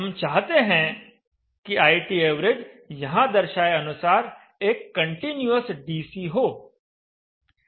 हम चाहते हैं कि ITav यहां दर्शाए अनुसार एक कंटीन्यूअस डीसी हो